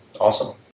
Awesome